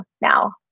now